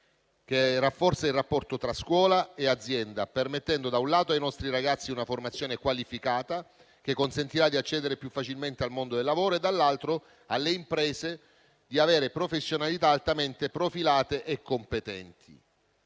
che rafforza il rapporto tra scuola e azienda, permettendo da un lato ai nostri ragazzi una formazione qualificata, che consentirà di accedere più facilmente al mondo del lavoro, e dall'altro alle imprese di avere professionalità altamente profilate e competenti.